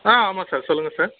ஆ ஆமாம் சார் சொல்லுங்கள் சார்